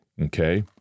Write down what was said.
okay